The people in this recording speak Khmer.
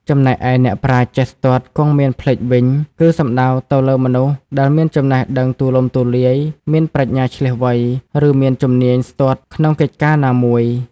ចំណែកឯ អ្នកប្រាជ្ញចេះស្ទាត់គង់មានភ្លេច វិញ គឺសំដៅទៅលើមនុស្សដែលមានចំណេះដឹងទូលំទូលាយ មានប្រាជ្ញាឈ្លាសវៃ ឬមានជំនាញស្ទាត់ក្នុងកិច្ចការណាមួយ។